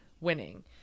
winning